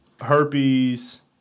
herpes